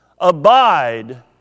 Abide